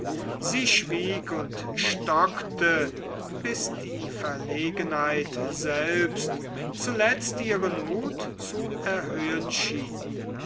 sie schwieg und stockte bis die verlegenheit selbst zuletzt ihren mut zu erhöhen schien